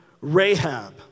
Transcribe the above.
Rahab